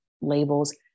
labels